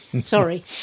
Sorry